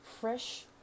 fresh